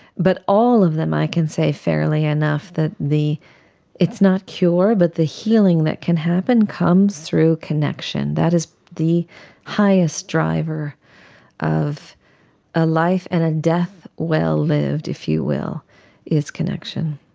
but all of them i can say fairly enough that it's not cure but the healing that can happen comes through connection. that is the highest driver of a life and a death well lived, if you will is connection.